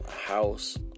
house